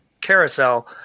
carousel